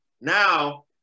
Now